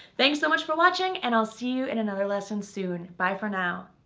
thanks so much for watching, and i'll see you in another lesson soon bye for now